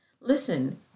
Listen